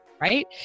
right